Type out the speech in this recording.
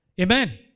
Amen